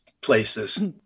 places